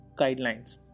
guidelines